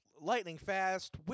lightning-fast